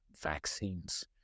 vaccines